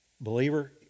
Believer